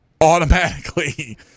Automatically